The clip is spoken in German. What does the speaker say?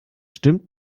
stimmt